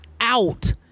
out